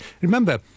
Remember